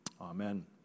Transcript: Amen